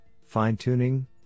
fine-tuning